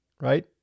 right